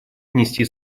внести